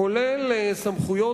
כולל סמכויות,